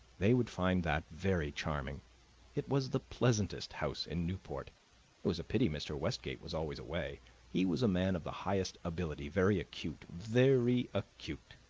they would find that very charming it was the pleasantest house in newport was a pity mr. westgate was always away he was a man of the highest ability very acute, very acute.